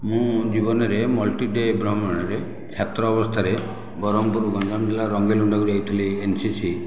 ମୁଁ ଜୀବନରେ multi day ଭ୍ରମଣରେ ଛାତ୍ର ଅବସ୍ଥାରେ ବ୍ରହ୍ମପୁର ଗଂଜାମ ଜିଲ୍ଲାର ରଙ୍ଗେଇଲୁଣ୍ଡାକୁ ଯାଇଥିଲି ଏନ୍ ସି ସି